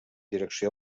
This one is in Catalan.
direcció